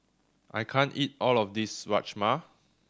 I can't eat all of this Rajma